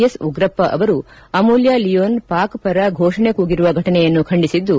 S Ugrappa ಅವರು ಅಮೂಲ್ಕ ಲಿಯೋನ್ ಪಾಕ್ ಪರ ಫೊಷಣೆ ಕೂಗಿರುವ ಘಟನೆಯನ್ನು ಖಂಡಿಸಿದ್ದು